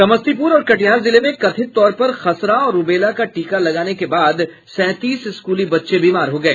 समस्तीपूर और कटिहार जिले में कथित तौर पर खसरा और रूबेला का टीका लगाने के बाद सैंतीस स्कूली बच्चे बीमार हो गए